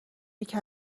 یکی